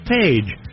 Page